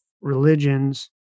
religions